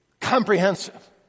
comprehensive